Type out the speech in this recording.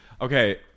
Okay